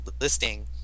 listing